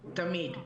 תמיד.